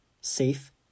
safe